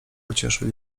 pocieszył